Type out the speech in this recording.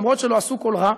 אף שלא עשו כל רע.